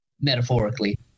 metaphorically